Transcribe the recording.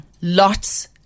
Lots